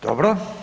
Dobro.